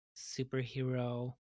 superhero